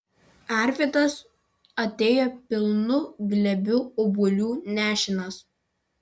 arvydas atėjo pilnu glėbiu obuolių nešinas